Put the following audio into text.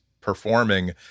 performing